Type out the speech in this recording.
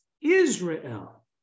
Israel